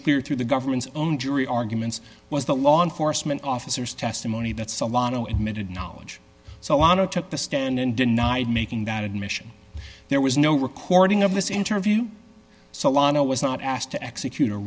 clear through the government's own jury arguments was the law enforcement officers testimony that's a lot o admitted knowledge so out of took the stand and denied making that admission there was no recording of this interview solano was not asked to execute a